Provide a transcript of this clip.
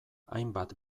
hainbat